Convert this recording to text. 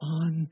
on